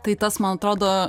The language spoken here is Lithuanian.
tai tas man atrodo